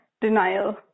denial